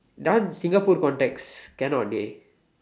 that one Singapore context cannot dey